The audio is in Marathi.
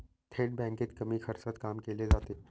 थेट बँकेत कमी खर्चात काम केले जाते